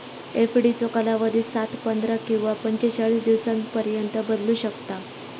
एफडीचो कालावधी सात, पंधरा किंवा पंचेचाळीस दिवसांपर्यंत बदलू शकता